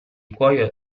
cuoio